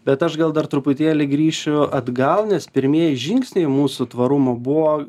bet aš gal dar truputėlį grįšiu atgal nes pirmieji žingsniai mūsų tvarumo buvo